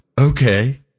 okay